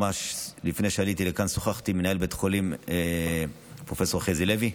ממש לפני שעליתי לכאן שוחחתי עם מנהל בית החולים פרופ' חזי לוי,